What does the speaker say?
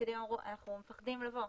פקידים אמרו שהם מפחדים לבוא.